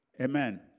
Amen